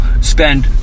spend